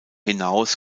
hinaus